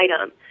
item